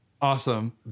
Awesome